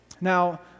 Now